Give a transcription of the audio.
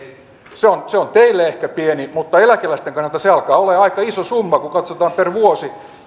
euroa se on teille ehkä pieni mutta eläkeläisten kannalta se alkaa olla jo aika iso summa kun kun katsotaan per vuosi